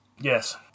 Yes